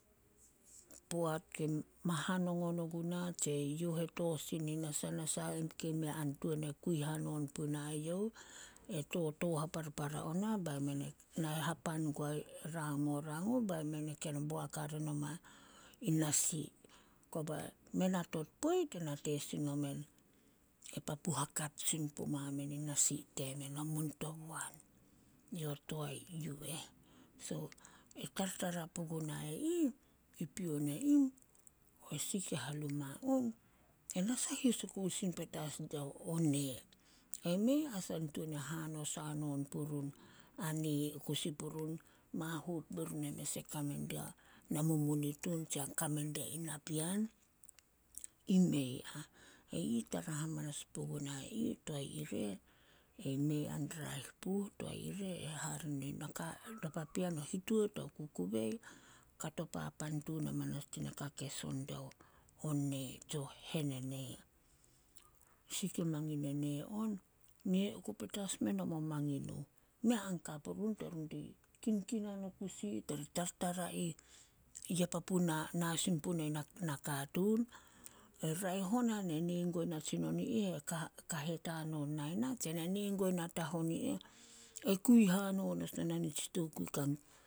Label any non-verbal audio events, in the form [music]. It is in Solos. ﻿ Poat [unintelligible] ma hanongon oguna, tse youh e tooh sini nasah nasa ke mei a kiu hanon punai youh, e tatooh haparpara ona bai [unintelligible] nai hapan gua mo rang [unintelligible] uh bai men e ken boak hare noma ina si, koba men hatot poit nate sin nome e papu hakap si puma men in nasi temen, namun toboan. yo toae yu eh. So, e tartara puguna e ih, i pion e ih, esih ke hanuma on, e na sahis oku sin petas diao o nee. Ai mei a sah tuan hanos hanon purun a nee o kusi purun, mahut be run e mes e kame dia na mumunitun tsia kame dia in napean. I mei ah. E i tara hamanas paguna ih, toae ire, i mei a raeh pu, toae ire e hare no papean, hituat ao kukubei kato papan tun amanas di naka ke son dia o nee tsio henene. Si ke mangim e nee on, nee oku petats meno mo mangin nuh. Mei a ka purun terun di kinkinan o kusi tari tartara ih ya papu na- na sin puna nakatuun. E raeh on na nee guai natsinon i ih e ka- kahet hanon nai na tse na nee guai natahon i eh, e kui hanon as na nitsi tokui kan.